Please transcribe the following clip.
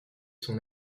son